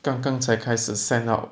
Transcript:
刚刚才开始 send out